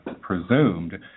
presumed